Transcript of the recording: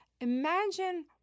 Imagine